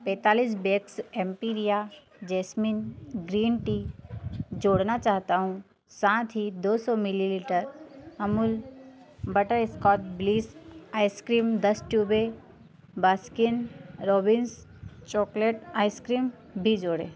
पैंतालीस bags Empiria jasmine green tea जोड़ना चाहता हूँ साथ ही दो सौ millilitre Amul butterscotch bliss ice cream दस ट्यूबें बास्किन रोब्बिंस चॉकलेट आइसक्रीम भी जोड़ें